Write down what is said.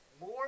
More